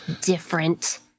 different